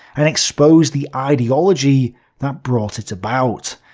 and expose the ideology that brought it about,